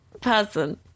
person